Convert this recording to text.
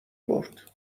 برد